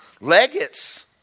Legates